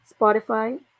Spotify